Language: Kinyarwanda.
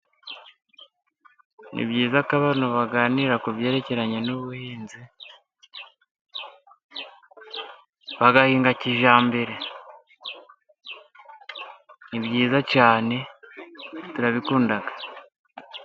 Ni byiza ko abantu baganira ku byerekeranye n'ubuhinzi, bagahinga kijyambere. Ni byiza cyane, turabikunda.